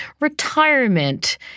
retirement